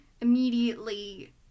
immediately